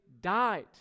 died